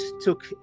took